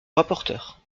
rapporteur